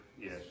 yes